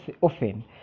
often